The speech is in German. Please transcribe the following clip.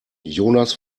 jonas